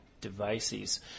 devices